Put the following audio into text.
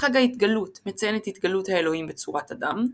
חג ההתגלות – מציין את התגלות האלוהים בצורת אדם.